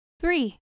Three